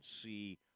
see